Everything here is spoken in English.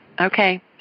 Okay